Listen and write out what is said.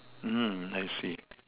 mm I see